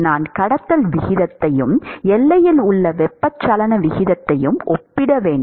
நான் கடத்தல் விகிதத்தையும் எல்லையில் உள்ள வெப்பச்சலன விகிதத்தையும் ஒப்பிட வேண்டும்